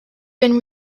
been